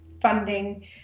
funding